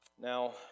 Now